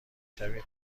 شوید